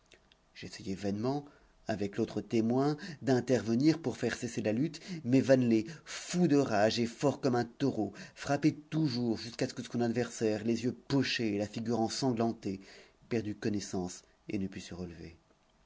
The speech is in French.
j'essayai vainement avec l'autre témoin d'intervenir pour faire cesser la lutte mais vanelet fou de rage et fort comme un taureau frappait toujours jusqu'à ce que son adversaire les yeux pochés et la figure ensanglantée perdît connaissance et ne pût se relever